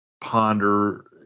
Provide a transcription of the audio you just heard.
ponder